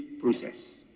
process